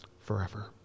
forever